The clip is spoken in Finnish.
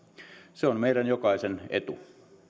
se on meidän jokaisen etu